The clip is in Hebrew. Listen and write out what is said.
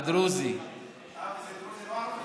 על מה אתה מדבר עכשיו,